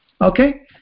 Okay